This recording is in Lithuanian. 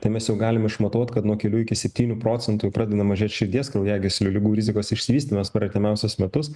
tai mes jau galim išmatuot kad nuo kelių iki septynių procentų jau pradeda mažėt širdies kraujagyslių ligų rizikos išsivystymas per artimiausius metus